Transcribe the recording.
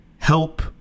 help